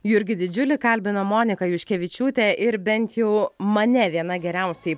jurgį didžiulį kalbino monika juškevičiūtė ir bent jau mane viena geriausiai